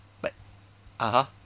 but (uh huh)